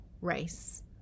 race